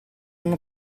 sono